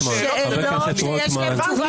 השאלות --- שאלות שיש להן תשובה שאתה רוצה לקבל.